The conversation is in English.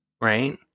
right